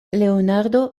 leonardo